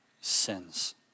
sins